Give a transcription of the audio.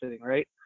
right